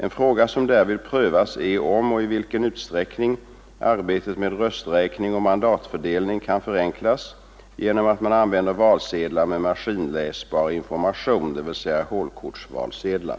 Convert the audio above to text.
En fråga som därvid prövas är om och i vilken utsträckning arbetet med rösträkning och mandatför delning kan förenklas genom att man använder valsedlar med maskinläsbar information — dvs. hålkortsvalsedlar.